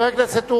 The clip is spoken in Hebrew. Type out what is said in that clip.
חבר הכנסת אורי,